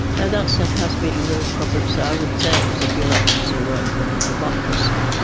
you know that so has been a real problem, so i would say it was a bureaucracy rather than a democracy.